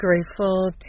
grateful